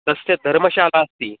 तस्य धर्मशाला अस्ति